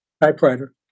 Typewriter